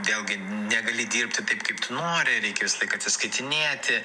vėlgi negali dirbti taip kaip tu nori reikia visą laiką atsiskaitinėti